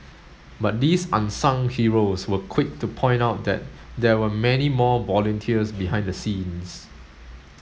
but these unsung heroes were quick to point out that there were many more volunteers behind the scenes